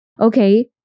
okay